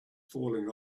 falling